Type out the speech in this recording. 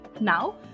Now